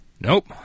Nope